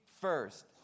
first